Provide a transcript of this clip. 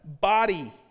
body